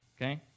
Okay